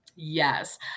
Yes